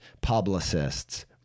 publicists